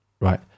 right